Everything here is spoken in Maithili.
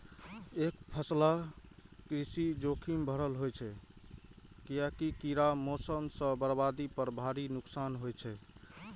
एकफसला कृषि जोखिम भरल होइ छै, कियैकि कीड़ा, मौसम सं बर्बादी पर भारी नुकसान होइ छै